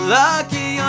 lucky